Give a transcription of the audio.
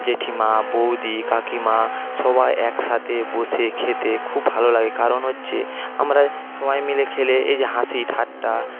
জেঠিমা বৌদি কাকিমা সবাই একসঙ্গে বসে খেতে খুব ভালো লাগে কারণ হচ্ছে আমরা সবাই মিলে খেলে এই যে হাসিঠাট্টা